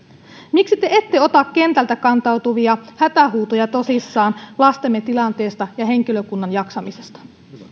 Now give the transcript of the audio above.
miksi te ette ota tosissanne kentältä kantautuvia hätähuutoja lastemme tilanteesta ja henkilökunnan jaksamisesta